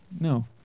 No